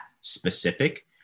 specific